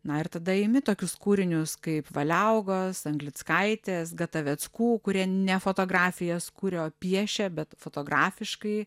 na ir tada imi tokius kūrinius kaip valiaugos anglickaitės gataveckų kurie ne fotografijas kuria o piešia bet fotografiškai